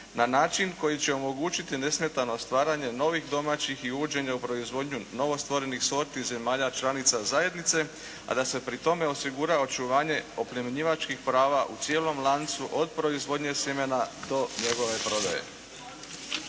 na način koji će omogućiti nesmetano stvaranje novih domaćih i uvođenje u proizvodnju novostvorenih sorti zemalja članica zajednice a da se pri tome osigura očuvanje oplemenjivačkih prava u cijelom lancu od proizvodnje sjemena do njegove prodaje.